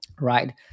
right